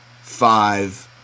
five